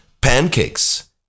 pancakes